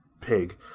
pig